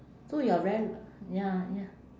so you are very ya ya